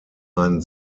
ein